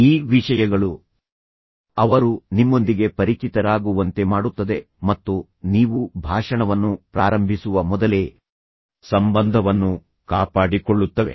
ಈ ವಿಷಯಗಳು ಅವರು ನಿಮ್ಮೊಂದಿಗೆ ಪರಿಚಿತರಾಗುವಂತೆ ಮಾಡುತ್ತದೆ ಮತ್ತು ನೀವು ಭಾಷಣವನ್ನು ಪ್ರಾರಂಭಿಸುವ ಮೊದಲೇ ಸಂಬಂಧವನ್ನು ಕಾಪಾಡಿಕೊಳ್ಳುತ್ತವೆ